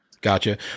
Gotcha